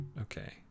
okay